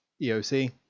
EOC